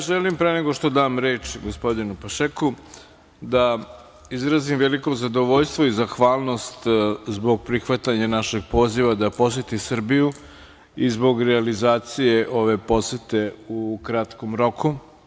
Želim pre nego što dam reč gospodinu Pašeku da izrazim veliko zadovoljstvo i zahvalnost zbog prihvatanja našeg poziva da poseti Srbiju i zbog realizacije ove posete u kratkom roku.